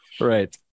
Right